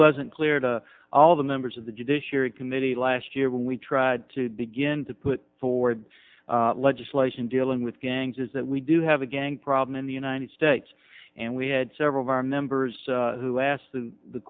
wasn't clear to all of the members of the judiciary committee last year when we tried to begin to put forward legislation dealing with gangs is that we do have a gang problem in the united states and we had several of our members who